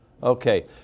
Okay